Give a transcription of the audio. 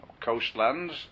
coastlands